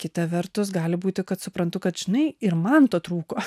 kita vertus gali būti kad suprantu kad žinai ir man to trūko